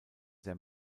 der